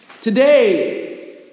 Today